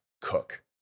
cook